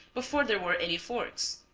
before there were any forks.